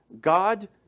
God